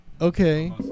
Okay